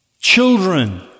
children